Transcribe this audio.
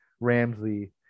Ramsey